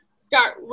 start